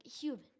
human